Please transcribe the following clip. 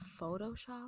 Photoshop